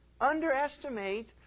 underestimate